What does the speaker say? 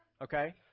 Okay